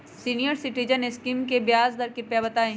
senior citizen scheme के ब्याज दर कृपया बताईं